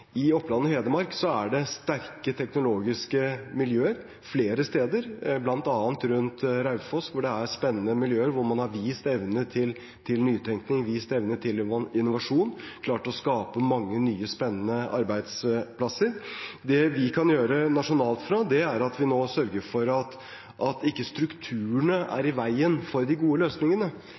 I Oppland og Hedmark er det sterke teknologiske miljøer flere steder, bl.a. rundt Raufoss, hvor det er spennende miljøer som har vist evne til nytenkning og innovasjon og klart å skape mange nye, spennende arbeidsplasser. Det vi kan gjøre nasjonalt, er å sørge for at strukturene ikke er i veien for de gode løsningene.